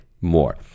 more